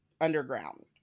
underground